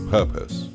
Purpose